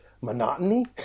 monotony